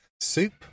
soup